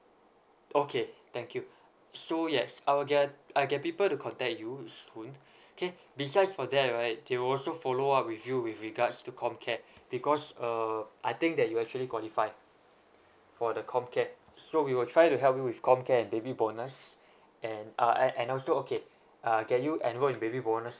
okay thank you so yes I'll get I'll get people to contact you soon okay besides for that right they will also follow up with you with regards to comcare because err I think that you actually qualify for the comcare so we will try to help you with comcare and baby bonus and uh and also okay uh get you enrolled in baby bonus